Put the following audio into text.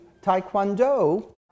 Taekwondo